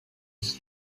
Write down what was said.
was